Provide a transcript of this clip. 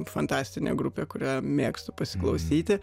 fantastinė grupė kurią mėgstu pasiklausyti